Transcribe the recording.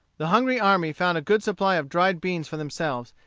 the hungry army found a good supply of dried beans for themselves,